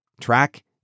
Track